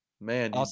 Man